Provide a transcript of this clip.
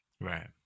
right